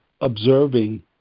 observing